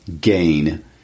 gain